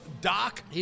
Doc